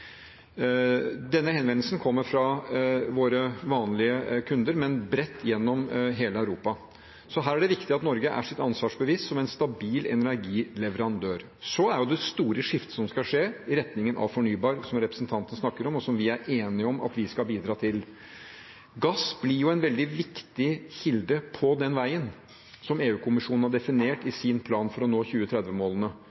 Denne henvendelsen kommer fra våre vanlige kunder, men bredt gjennom hele Europa. Her er det viktig at Norge er sitt ansvar bevisst som en stabil energileverandør. Det store skiftet som skal skje, er i retningen av fornybar, som representanten snakker om, og det er vi enige om at vi skal bidra til. Gass blir en veldig viktig kilde på den veien. Som EU-kommisjonen har definert